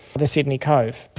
the sydney cove.